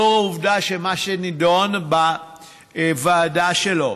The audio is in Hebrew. לאור מה שנדון בוועדה שלו,